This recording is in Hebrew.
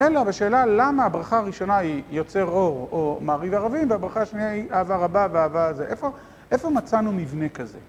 אלא בשאלה למה הברכה הראשונה היא יוצר אור, או מעריב ערבים, והברכה השנייה היא אהבה רבה ואהבה... איפה מצאנו מבנה כזה?